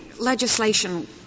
legislation